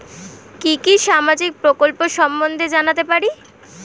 কি কি সামাজিক প্রকল্প সম্বন্ধে জানাতে পারি?